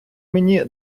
мені